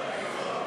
אה.